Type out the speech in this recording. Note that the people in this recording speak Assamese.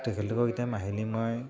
তেখেতলোকৰ এতিয়া মাহিলি মই